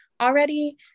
already